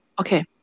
Okay